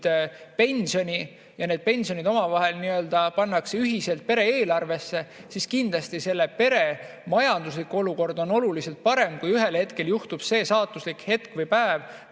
pensioni ja need pensionid pannakse ühiselt pere eelarvesse, siis kindlasti selle pere majanduslik olukord on oluliselt parem. Kui ühel hetkel [tuleb] see saatuslik hetk või päev,